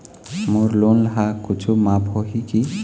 मोर loan हा कुछू माफ होही की?